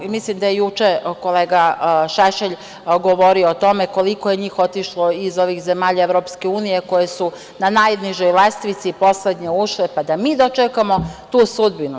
Mislim da je juče kolega Šešelj govorio o tome koliko je njih otišlo iz ovih zemalja EU, koje su na najnižoj lestvici, poslednje ušle, pa da mi dočekamo tu sudbinu.